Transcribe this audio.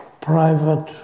private